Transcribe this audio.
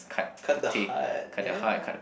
cut the heart ya